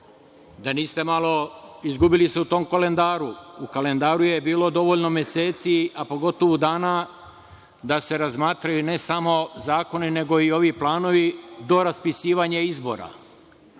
se niste malo izgubili u tom kalendaru? U kalendaru je bilo dovoljno meseci, a pogotovu dana, da se razmatraju, ne samo zakoni nego i ovi planovi do raspisivanja izbora.